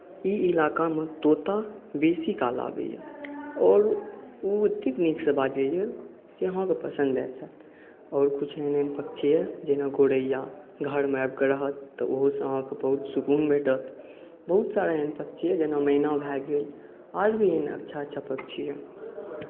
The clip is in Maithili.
ई इलाकामे तोता बेसी काल आबैया आओर ओ ओतेक नीकसँ बाजैया जे अहुँकेँ पसन्द आबि जायत आओर किछु एहन पक्षी यऽ जेना गौड़ैया घरमे आबिकऽ रहत तऽ ओहोसँ अहाँकेँ बहुत सुकुन भेटत बहुत सारा एहन पक्षी यऽ जेना मैना भऽ गेल आओर भी अच्छा अच्छा पक्षी यऽ